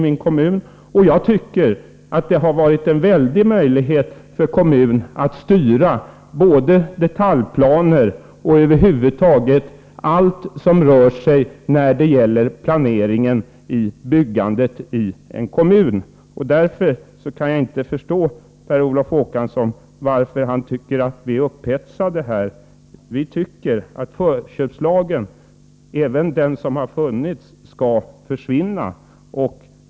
Där har jag lärt mig att kommunen har stora möjligheter att styra både detaljplaner och över huvud taget allt som rör planeringen av byggandet. Därför kan jag inte förstå varför Per Olof Håkansson tycker att vi är upphetsade. Vi anser att förköpslagen, även den som har funnits, skall försvinna.